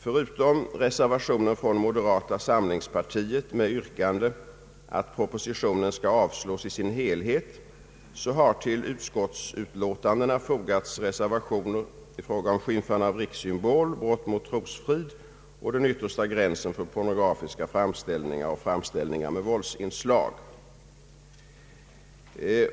Förutom reservationen från moderata samlingspartiet med yrkande att propositionen skall avslås i sin helhet har till utskottsutlåtandena fogats reservationer i fråga om skymfande av rikssymbol, brott mot trosfrid och den yttersta gränsen för pornografiska framställningar och framställningar med våldsinslag.